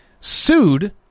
sued